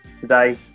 today